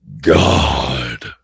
God